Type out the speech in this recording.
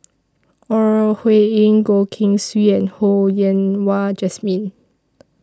Ore Huiying Goh Keng Swee and Ho Yen Wah Jesmine